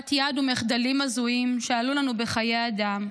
אוזלת יד ומחדלים הזויים שעלו לנו בחיי אדם,